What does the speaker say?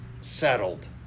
settled